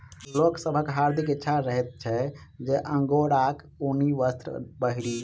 लोक सभक हार्दिक इच्छा रहैत छै जे अंगोराक ऊनी वस्त्र पहिरी